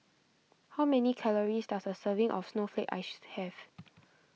how many calories does a serving of Snowflake Ice have